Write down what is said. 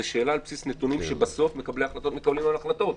זאת שאלה על בסיס נתונים שבסוף מקבלי ההחלטות מקבלים עליהם החלטות.